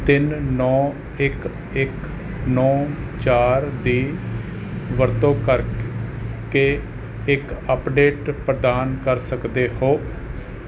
ਤਿੰਨ ਨੌਂ ਇੱਕ ਇੱਕ ਨੌਂ ਚਾਰ ਦੀ ਵਰਤੋਂ ਕਰਕੇ ਇੱਕ ਅਪਡੇਟ ਪ੍ਰਦਾਨ ਕਰ ਸਕਦੇ ਹੋ